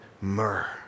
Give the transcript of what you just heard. myrrh